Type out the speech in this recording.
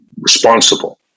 responsible